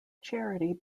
charity